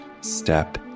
step